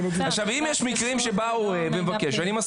אם יש מקרים שבא הורה ומבקש,